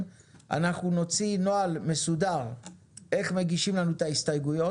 אנחנו נוציא נוהל מסודר איך מגישים לנו את ההסתייגויות.